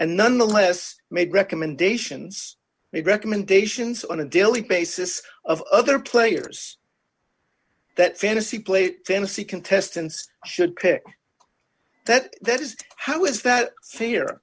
and nonetheless made recommendations made recommendations on a daily basis of other players that fantasy played fantasy contestants should pick that that is how is that fair